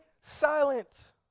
silent